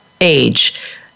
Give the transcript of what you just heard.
age